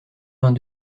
vingt